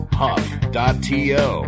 huff.to